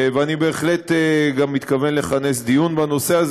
ואני בהחלט גם מתכוון לכנס דיון בנושא הזה